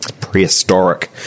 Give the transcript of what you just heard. prehistoric